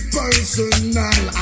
personal